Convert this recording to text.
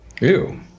ew